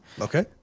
Okay